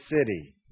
city